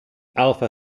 alpha